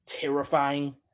terrifying